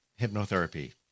Hypnotherapy